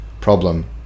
problem